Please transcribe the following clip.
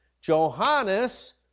Johannes